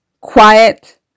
quiet